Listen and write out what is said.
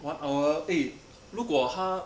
one hour eh 如果他